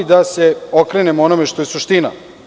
Da se okrenem onome što je suština.